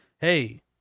hey